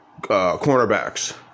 cornerbacks